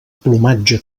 plomatge